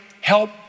help